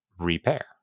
repair